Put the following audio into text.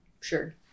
Sure